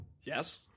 Yes